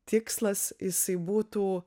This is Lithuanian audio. tikslas jisai būtų